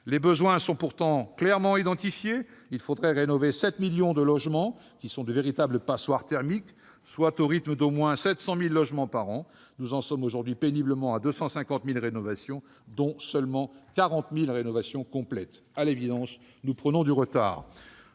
Les besoins sont clairement identifiés. Il faudrait rénover 7 millions de logements qui sont de véritables passoires thermiques, au rythme d'au moins 700 000 logements par an. Nous en sommes aujourd'hui péniblement à 250 000, dont seulement 40 000 rénovations complètes. À l'évidence, nous prenons du retard.